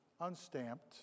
unstamped